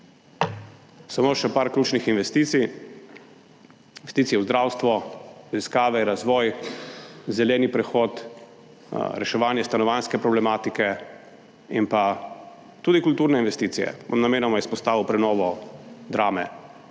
Samo še par ključnih investicij. Investicije v zdravstvo, raziskave, razvoj, zeleni prehod, reševanje stanovanjske problematike in tudi kulturne investicije, bom namenoma izpostavil prenovo Drame.